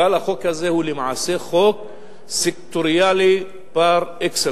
אבל החוק הזה הוא למעשה חוק סקטוריאלי פר-אקסלנס,